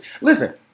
Listen